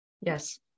Yes